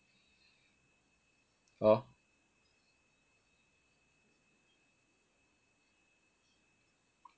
hor